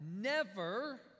never